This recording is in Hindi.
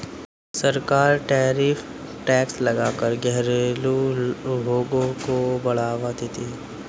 सरकार टैरिफ टैक्स लगा कर घरेलु उद्योग को बढ़ावा देती है